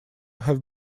have